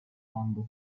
رقم